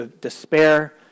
despair